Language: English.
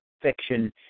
Fiction